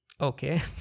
okay